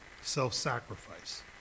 self-sacrifice